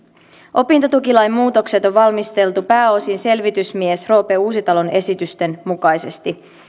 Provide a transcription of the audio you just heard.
opintotukilain muutokset on valmisteltu pääosin selvitysmies roope uusitalon esitysten mukaisesti